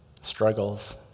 struggles